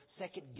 second